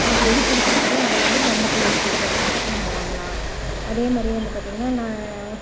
நமக்கு எது பிடிச்சிருக்கோ அதை வந்து பொம்மை கொலுவுக்கு வைக்கிறத்துக்காக நம்ம வாங்கலாம் அதே மாதிரி வந்து பார்த்தீங்கன்னா நான்